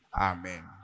Amen